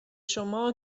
شما